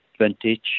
vintage